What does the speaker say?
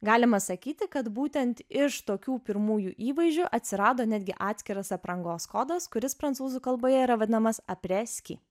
galima sakyti kad būtent iš tokių pirmųjų įvaizdžių atsirado netgi atskiras aprangos kodas kuris prancūzų kalboje yra vadinamas apreski